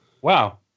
wow